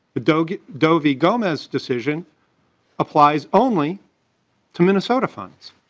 adobe adobe gomez decision applies only to minnesota funds.